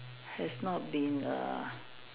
has not been err